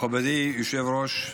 מכובדי היושב-ראש,